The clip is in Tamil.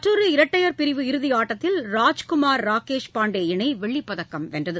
மற்றொரு இரட்டையர் பிரிவு இறுதியாட்டத்தில் ராஜ்குமார் ராகேஷ் பாண்டே இணை வெள்ளிப் பதக்கம் வென்றது